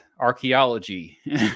archaeology